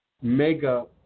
Mega